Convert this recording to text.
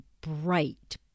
bright